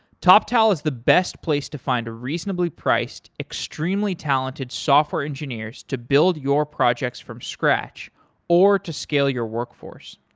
toptal is the best place to find reasonably priced, extremely talented software engineers to build your projects from scratch or to skill your workforce.